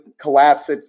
collapse